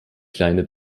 kleine